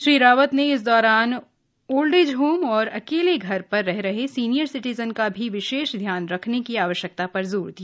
श्री रावत ने इस दौरान ओल्ड एज होम और अकेले घर पर रह रहे सीनियर सीटीजन का भी विशेष ध्यान रखने की आवश्यकता पर भी जोर दिया